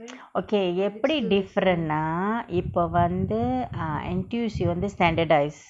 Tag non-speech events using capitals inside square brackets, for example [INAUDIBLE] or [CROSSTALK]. [NOISE] okay எப்புடி:eppudi different ah இப்ப வந்து:ippa vanthu err N_T_U_C வந்து:vanthu standardise